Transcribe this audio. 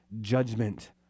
judgment